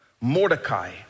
Mordecai